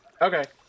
Okay